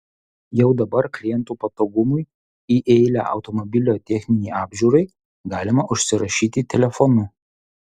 jau dabar klientų patogumui į eilę automobilio techninei apžiūrai galima užsirašyti telefonu